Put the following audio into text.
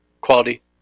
quality